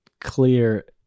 clear